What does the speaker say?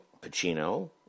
Pacino